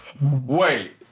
Wait